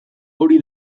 hori